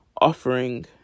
offering